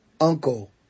uncle